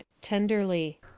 tenderly